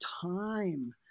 time